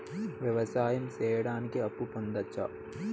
వ్యవసాయం సేయడానికి అప్పు పొందొచ్చా?